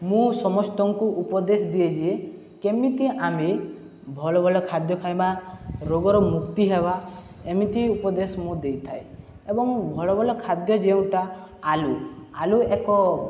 ମୁଁ ସମସ୍ତଙ୍କୁ ଉପଦେଶ ଦିଏ ଯେ କେମିତି ଆମେ ଭଲ ଭଲ ଖାଦ୍ୟ ଖାଇବା ରୋଗର ମୁକ୍ତି ହେବା ଏମିତି ଉପଦେଶ ମୁଁ ଦେଇଥାଏ ଏବଂ ଭଲ ଭଲ ଖାଦ୍ୟ ଯେଉଁଟା ଆଳୁ ଆଳୁ ଏକ